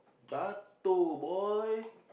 jatuh boy